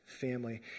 family